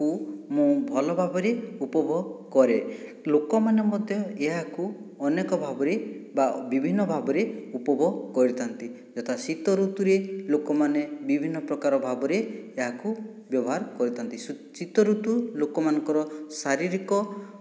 କୁ ମୁଁ ଭଲ ଭାବରେ ଉପଭୋଗ କରେ ଲୋକମାନେ ମଧ୍ୟ ଏହାକୁ ଅନେକ ଭାବରେ ବା ବିଭିନ୍ନ ଭାବରେ ଉପଭୋଗ କରିଥାନ୍ତି ଯଥା ଶୀତ ଋତୁରେ ଲୋକମାନେ ବିଭିନ୍ନ ପ୍ରକାର ଭାବରେ ଏହାକୁ ବ୍ୟବହାର କରିଥାନ୍ତି ଶୀତ ଋତୁ ଲୋକମାନଙ୍କର ଶାରୀରିକ